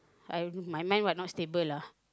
I my mind what not stable lah